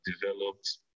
developed